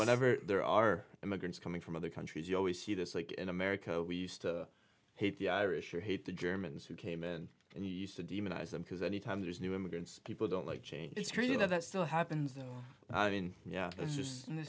whatever there are immigrants coming from other countries you always see this like in america we used to hate the irish or hate the germans who came in and used to demonize them because any time there's new immigrants people don't like change it's true you know that still happens though i mean yeah it's just